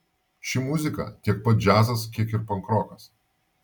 ši muzika tiek pat džiazas kiek ir pankrokas